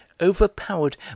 overpowered